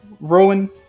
Rowan